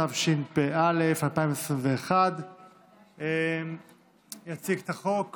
התשפ"א 2021. יציג את הצעת